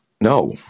No